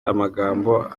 amagambo